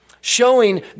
showing